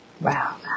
Wow